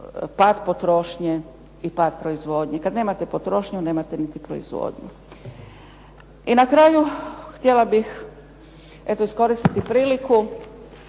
pad potrošnje i pad proizvodnje, kada nemate potrošnju nemate niti proizvodnju. I na kraju eto htjela bih iskoristiti priliku,